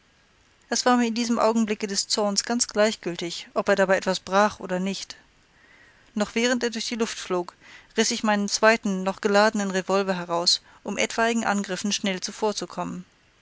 es war mir in diesem augenblicke des zornes ganz gleichgültig ob er dabei etwas brach oder nicht noch während er durch die luft flog riß ich meinen zweiten noch geladenen revolver heraus um etwaigen angriffen schnell zuvorzukommen